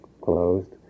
closed